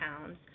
pounds